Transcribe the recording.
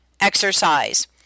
exercise